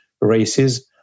races